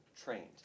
trained